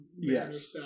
Yes